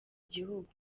gihugu